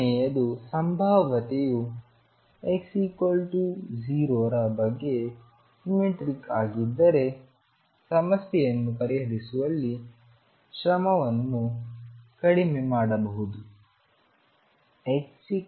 ಮೂರನೆಯದು ಸಂಭಾವ್ಯತೆಯು x 0 ರ ಬಗ್ಗೆ ಸಿಮ್ಮೆಟ್ರಿಕ್ ಆಗಿದ್ದರೆ ಸಮಸ್ಯೆಯನ್ನು ಪರಿಹರಿಸುವಲ್ಲಿ ಪರಿಶ್ರಮವನ್ನು ಕಡಿಮೆ ಮಾಡಬಹುದು